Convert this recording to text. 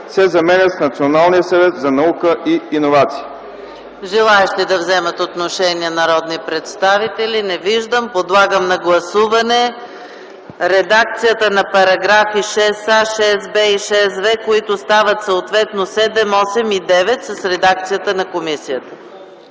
се заменят с „Националния съвет за наука и иновации”.”